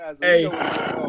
Hey